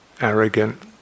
arrogant